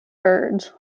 birds